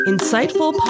Insightful